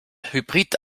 hybrid